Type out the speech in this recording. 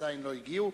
עדיין לא הגיעו,